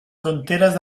fronteres